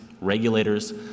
regulators